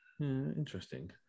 interesting